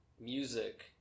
music